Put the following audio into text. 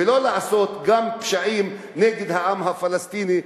ולא לעשות גם פשעים נגד העם הפלסטיני,